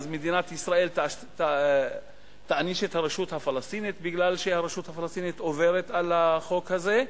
אז מדינת ישראל תעניש את הרשות הפלסטינית שעוברת על החוק הזה?